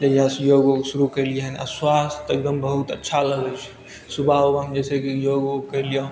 जहियासँ योग हम शुरू कयलियैहन आोर स्वास्थ एगदम बहुत अच्छा लगय छै सुबह उबहमे जैसेकी योग उग करि लिया